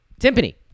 timpani